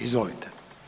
Izvolite.